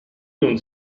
non